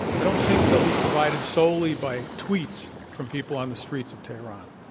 i don't think they'll be provided solely by tweets from people on the streets of tehran.